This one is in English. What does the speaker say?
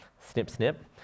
snip-snip